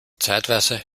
zeitweise